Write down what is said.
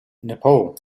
nepal